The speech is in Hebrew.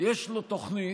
יש לו תוכנית